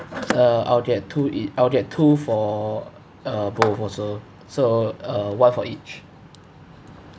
uh I'll get two ea~ I'll get two for uh both also so uh one for each